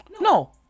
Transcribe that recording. No